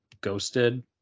Ghosted